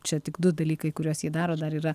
čia tik du dalykai kuriuos ji daro dar yra